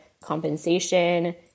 compensation